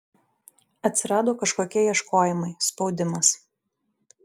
atsirado kažkokie ieškojimai spaudimas